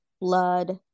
blood